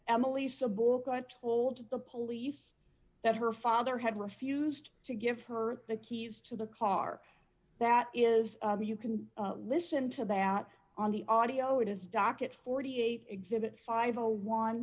told the police that her father had refused to give her the keys to the car that is you can listen to that on the audio it is docket forty eight exhibit five o one